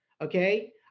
okay